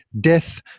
death